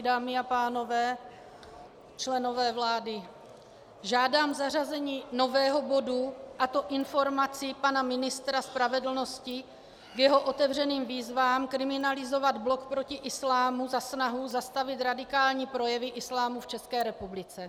Dámy a pánové, členové vlády, žádám zařazení nového bodu, a to informaci pana ministra spravedlnosti k jeho otevřeným výzvám kriminalizovat Blok proti islámu za snahu zastavit radikální projevy islámu v České republice.